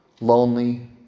Lonely